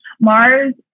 Mars